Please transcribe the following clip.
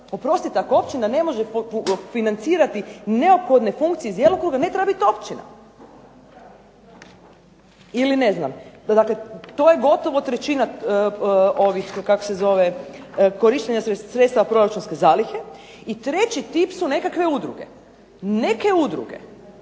Oprostite, ako općina ne može financirati neophodne funkcije iz djelokruga ne treba biti općina. Ili ne znam dakle, to je gotovo trećina korištenja sredstva proračunske zalihe i treći tip su neke udruge, neke